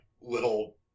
little